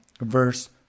verse